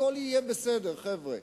הכול יהיה בסדר, חבר'ה,